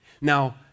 Now